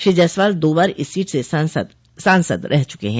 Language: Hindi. श्री जायसवाल दो बार इस सीट से सांसद रह चुके हैं